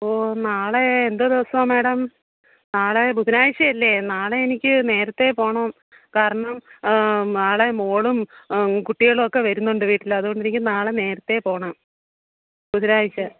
ഓഹ് നാളെ എന്തോ ദിവസവാണ് മേഡം നാളെ ബുധനാഴ്ച്ചയല്ലേ നാളെ എനിക്ക് നേരത്തെ പോകണം കാരണം നാളെ മകളും കുട്ടിക്കളുമൊക്കെ വരുന്നുണ്ട് വീട്ടിൽ അതുകൊണ്ടെനിക്ക് നാളെ നേരത്തേ പോകണം ബുധനാഴ്ച്ച